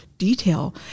detail